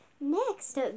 Next